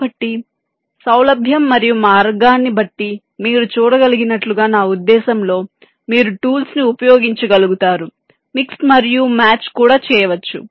కాబట్టి సౌలభ్యం మరియు మార్గాన్ని బట్టి మీరు చూడగలిగినట్లుగా నా ఉద్దేశ్యంలో మీరు టూల్స్ ను ఉపయోగించగలుగుతారు మిక్స్ మరియు మ్యాచ్ కూడా చేయవచ్చు